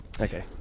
Okay